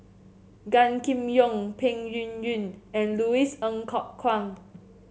Gan Kim Yong Peng Yuyun and Louis Ng Kok Kwang